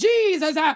Jesus